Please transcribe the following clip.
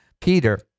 Peter